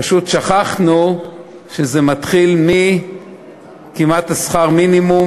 פשוט שכחנו שזה מתחיל מכמעט שכר המינימום,